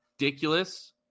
ridiculous